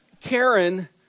Karen